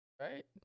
Right